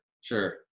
sure